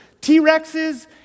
T-Rexes